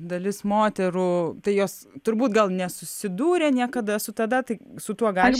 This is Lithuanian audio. dalis moterų tai jos turbūt gal nesusidūrė niekada su tada tai su tuo gali